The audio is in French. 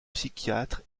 psychiatre